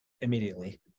immediately